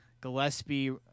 Gillespie